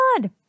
God